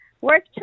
work